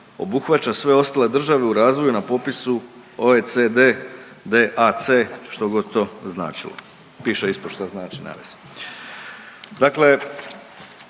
obuhvaća sve ostale države u razvoju na popisu OECD/DAC“, štogod to značilo, piše ispod šta znači nema